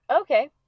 Okay